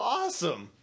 awesome